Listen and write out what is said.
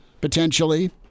potentially